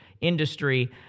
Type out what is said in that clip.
industry